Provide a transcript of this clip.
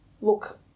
look